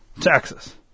Texas